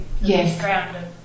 Yes